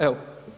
Evo.